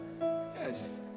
Yes